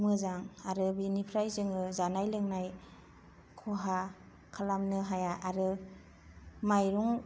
मोजां आरो बिनिफ्राय जोङो जानाय लोंनाय खहा खालामनो हाया आरो मायरं